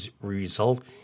result